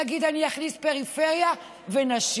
להגיד: אני אכניס פריפריה ונשים.